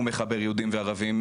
הוא מחבר יהודים וערבים,